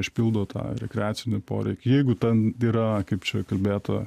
išpildo tą rekreacinį poreikį jeigu ten yra kaip čia kalbėta